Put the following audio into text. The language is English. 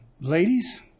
ladies